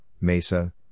Mesa